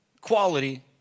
quality